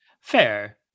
fair